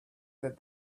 that